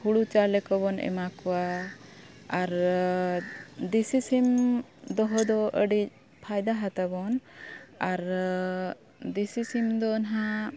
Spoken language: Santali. ᱦᱩᱲᱩ ᱪᱟᱣᱞᱮ ᱠᱚᱵᱚᱱ ᱮᱢᱟ ᱠᱚᱣᱟ ᱟᱨ ᱫᱮᱥᱤ ᱥᱤᱢ ᱫᱚᱦᱚ ᱫᱚ ᱟᱹᱰᱤ ᱯᱷᱟᱭᱫᱟ ᱦᱟᱛᱟᱣᱟᱵᱚᱱ ᱟᱨ ᱫᱮᱥᱤ ᱥᱤᱢ ᱫᱚ ᱱᱟᱦᱟᱜ